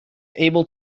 able